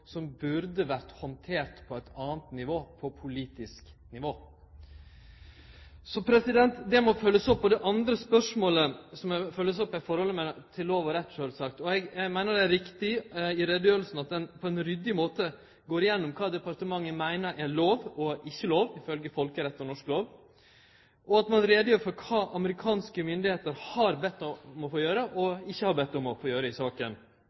som burde vore handterte på eit anna nivå, på politisk nivå. Det må følgjast opp. Det andre spørsmålet som må følgjast opp, er sjølvsagt forholdet til lov og rett. Eg meiner det er riktig at ein i utgreiinga på ein ryddig måte går igjennom kva departementet meiner er lov og kva som ikkje er lov ifølgje folkeretten og norsk lov, at ein gjer greie for kva amerikanske myndigheiter har bedt om å få gjere og ikkje bedt om å få gjere i saka,